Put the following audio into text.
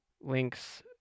links